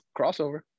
crossover